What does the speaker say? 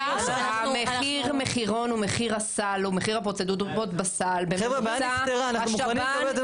המחיר מחירון הוא מחיר הסל ומחיר הפרוצדורות בסל בממוצע בשב"ן יותר,